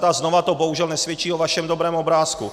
A znovu to bohužel nesvědčí o vašem dobrém obrázku.